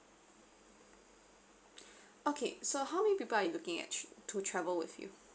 okay so how many people are you looking at tr~ to travel with you